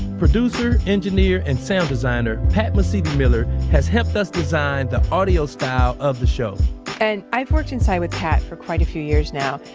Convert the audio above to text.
producer, engineer and sound designer, pat mesiti-miller has helped us design the audio style of the show and i've worked inside with pat for quite a few years now,